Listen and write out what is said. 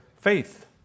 faith